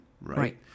right